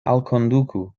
alkonduku